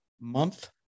month